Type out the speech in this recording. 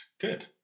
Good